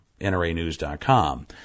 nranews.com